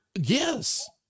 Yes